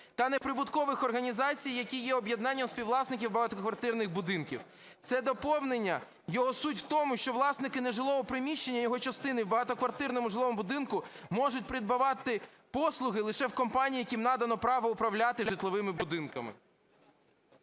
та неприбуткових організацій, які є об'єднанням співвласників багатоквартирних будинків". Це доповнення, його суть в тому, що власники нежилого приміщення, його частини в багатоквартирному жилому будинку можуть придбавати послуги лише в компаній, яким надано право управляти житловими будинками.